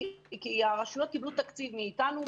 וכי הרשויות קיבלו תקציב מאיתנו,